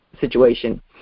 situation